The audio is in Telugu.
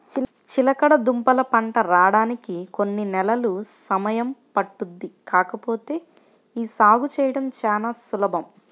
చిలకడదుంపల పంట రాడానికి కొన్ని నెలలు సమయం పట్టుద్ది కాకపోతే యీ సాగు చేయడం చానా సులభం